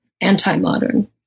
anti-modern